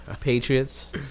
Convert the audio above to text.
Patriots